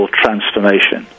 transformation